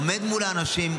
עומד מול האנשים.